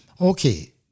Okay